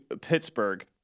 Pittsburgh